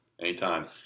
Anytime